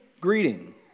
greeting